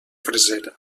freser